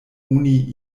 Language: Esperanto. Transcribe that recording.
oni